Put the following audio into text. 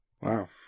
wow